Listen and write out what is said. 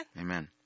Amen